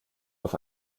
auf